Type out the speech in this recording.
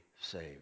saved